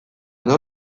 nork